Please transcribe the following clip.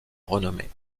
renommée